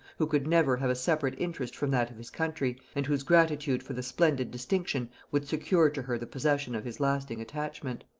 who could never have a separate interest from that of his country, and whose gratitude for the splendid distinction would secure to her the possession of his lasting attachment.